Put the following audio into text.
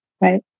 Right